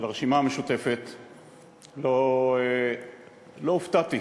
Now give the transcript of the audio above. לא הופתעתי,